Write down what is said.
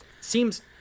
seems